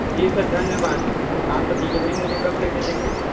जी sir धन्यवाद आप delivery मुझे कब तक दे देंगे